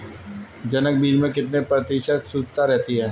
जनक बीज में कितने प्रतिशत शुद्धता रहती है?